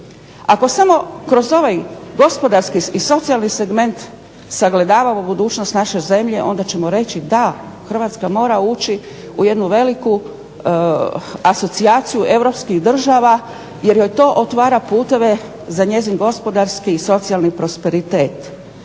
Ako samo kroz ovaj gospodarski i socijalni segment sagledavamo budućnost naše zemlje onda ćemo reći da Hrvatska mora ući u jednu veliku asocijaciju europskih država jer joj to otvara puteve za njezin gospodarski i socijalni prosperitet.